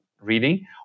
reading